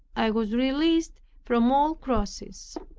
i was released from all crosses.